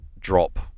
drop